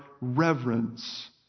reverence